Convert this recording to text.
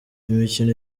imikino